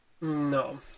No